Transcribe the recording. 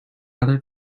other